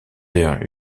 mère